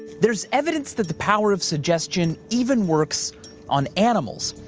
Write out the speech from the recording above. there's evidence that the power of suggestion even works on animals.